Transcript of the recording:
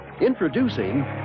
Introducing